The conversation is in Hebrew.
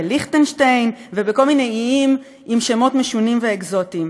בליכטנשטיין ובכל מיני איים עם שמות משונים ואקזוטיים.